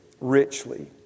richly